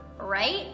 right